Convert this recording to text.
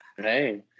Hey